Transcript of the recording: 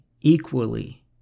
equally